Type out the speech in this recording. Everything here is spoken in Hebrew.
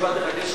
משפט אחד.